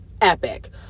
epic